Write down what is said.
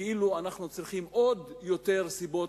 כאילו אנחנו צריכים עוד יותר סיבות